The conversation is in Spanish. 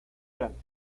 grande